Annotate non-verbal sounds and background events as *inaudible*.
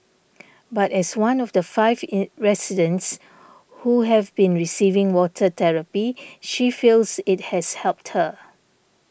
but as one of the five *unintelligible* residents who have been receiving water therapy she feels it has helped her